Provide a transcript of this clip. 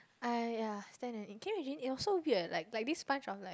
I ya stand and eat can you imaging it was so weird like like this bunch of like